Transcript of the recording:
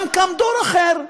גם קם דור אחר,